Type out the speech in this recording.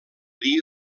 dir